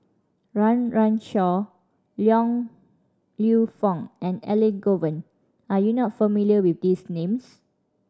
Run Run Shaw Yong Lew Foong and Elangovan are you not familiar with these names